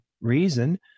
reason